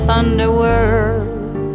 underworld